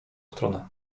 stronę